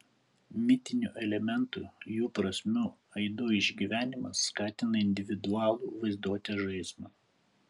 mitinių elementų jų prasmių aidų išgyvenimas skatina individualų vaizduotės žaismą